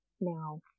now